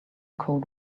cold